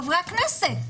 חברי הכנסת.